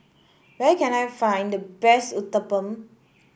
where can I find the best Uthapam